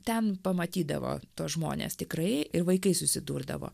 ten pamatydavo tuos žmones tikrai ir vaikai susidurdavo